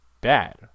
bad